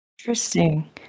Interesting